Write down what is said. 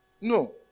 No